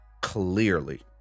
Clearly